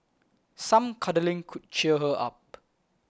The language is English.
some cuddling could cheer her up